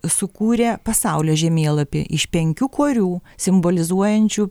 sukūrė pasaulio žemėlapį iš penkių korių simbolizuojančių